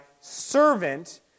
servant